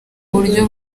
buryo